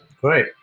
Great